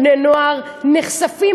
בני-נוער נחשפים,